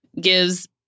gives